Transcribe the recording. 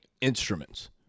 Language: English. instruments